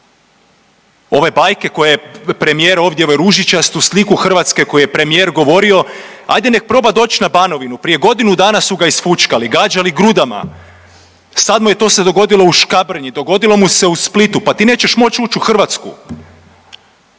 Ove bajke koje premijer ovdje, ovu ružičastu sliku Hrvatsku koju je premijer govorio ajde nek proba doći na Banovinu. Prije godinu dana su ga isfućkali, gađali grudama, sad mu je to se dogodilo u Škabrnji, dogodilo mu se u Splitu, pa ti nećeš moći ući u Hrvatsku.